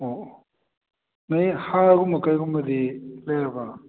ꯑꯣ ꯑꯣ ꯅꯣꯏ ꯍꯥꯔꯒꯨꯝꯕ ꯀꯔꯤꯒꯨꯝꯕꯗꯤ ꯂꯩꯔꯕ